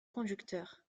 conducteur